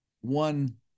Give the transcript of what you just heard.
one